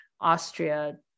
Austria